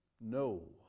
No